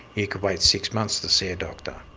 you could wait six months to see a doctor.